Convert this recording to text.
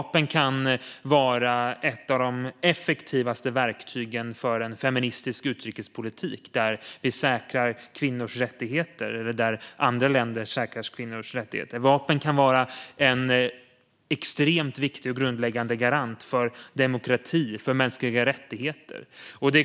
Vapen kan vara ett av de mest effektiva verktygen för en feministisk utrikespolitik, där vi säkrar kvinnors rättigheter eller där andra länder säkrar kvinnors rättigheter. Vapen kan vara en extremt viktig och grundläggande garant för demokrati och för mänskliga rättigheter.